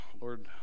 Lord